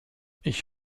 ich